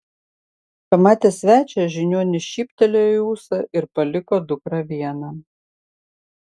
pamatęs svečią žiniuonis šyptelėjo į ūsą ir paliko dukrą vieną